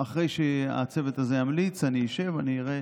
אחרי שהצוות הזה ימליץ, אשב ואראה